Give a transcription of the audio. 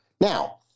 now